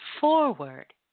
forward